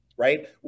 Right